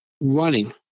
running